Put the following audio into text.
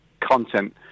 content